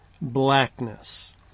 blackness